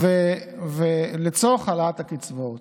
לצורך העלאת הקצבאות.